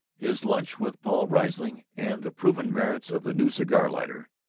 his lunch with paul riesling, and the proven merits of the new cigar-lighter,